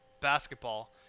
basketball –